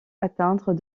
atteindre